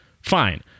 Fine